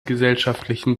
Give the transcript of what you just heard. gesellschaftlichen